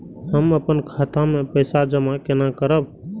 हम अपन खाता मे पैसा जमा केना करब?